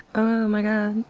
oh my god.